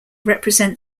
represent